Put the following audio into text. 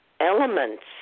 Elements